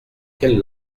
quelle